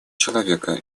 человека